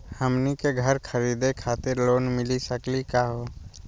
हमनी के घर खरीदै खातिर लोन मिली सकली का हो?